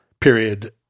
period